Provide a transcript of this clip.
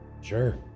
Sure